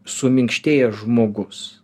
suminkštėjęs žmogus